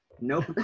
nope